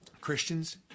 Christians